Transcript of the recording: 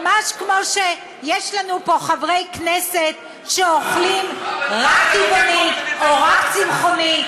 ממש כמו שיש לנו פה חברי כנסת שאוכלים רק טבעוני או רק צמחוני,